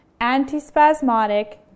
antispasmodic